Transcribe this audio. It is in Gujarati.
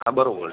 હા બરાબર છે